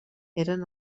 eren